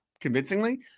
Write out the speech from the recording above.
convincingly